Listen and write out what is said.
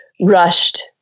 rushed